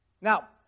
Now